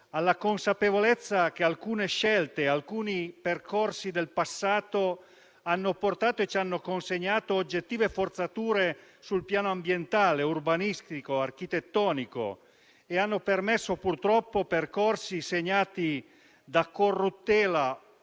alla consapevolezza che alcune scelte del passato ci hanno consegnato oggettive forzature sui piani ambientale, urbanistico e architettonico e hanno permesso, purtroppo, percorsi segnati da corruttela